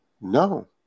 No